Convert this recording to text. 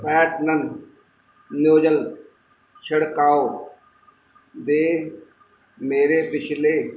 ਪੈਟਨਨ nozzle ਛੜਕਾਓ ਦੇ ਮੇਰੇ ਪਿਛਲੇ